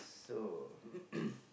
so